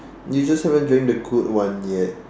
you just haven't drank the good one yet